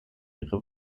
ihre